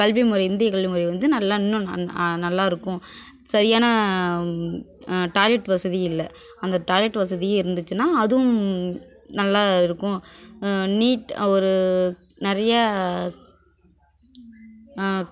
கல்விமுறை இந்திய கல்விமுறை வந்து நல்லா இன்னும் நல்லா இருக்கும் சரியான டாய்லெட் வசதி இல்லை அந்த டாய்லெட் வசதியும் இருந்துச்சின்னா அதுவும் நல்லா இருக்கும் நீட் ஒரு நிறைய